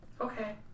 Okay